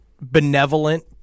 benevolent